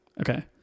Okay